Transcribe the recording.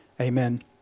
Amen